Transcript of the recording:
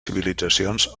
civilitzacions